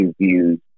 views